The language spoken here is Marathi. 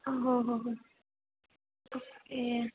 हो हो हो ओके